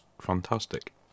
fantastic